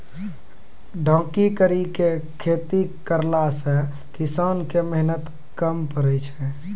ढकी करी के खेती करला से किसान के मेहनत कम पड़ै छै